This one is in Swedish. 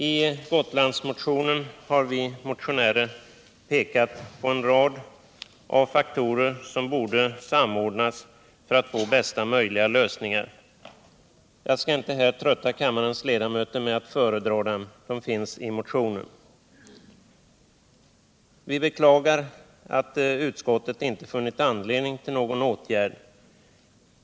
I Gotlandsmotionen har vi motionärer pekat på en rad faktorer som borde samordnas för att man skall få bästa möjliga lösningar. Jag skall inte här trötta kammarens ledamöter med att föredra dem. De finns i motionen. Vi beklagar att utskottet inte funnit anledning till någon åtgärd.